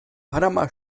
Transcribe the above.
panama